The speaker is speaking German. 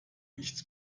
nichts